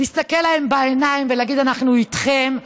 להסתכל להם בעיניים ולהגיד: אנחנו איתכם,